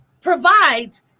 provides